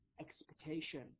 expectation